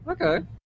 Okay